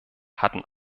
hatten